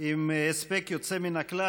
עם הספק יוצא מן הכלל.